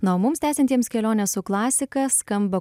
na o mums tęsiantiems kelionę su klasika skamba